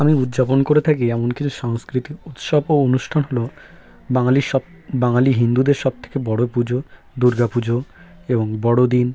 আমি উজ্জাপন করে থাকি এমন কিছু সংস্কৃতি উৎসব ও অনুষ্ঠান হলো বাঙালির সব বাঙালি হিন্দুদের সব থেকে বড়ো পুজো দুর্গা পুজো এবং বড়দিন